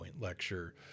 Lecture